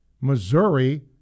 Missouri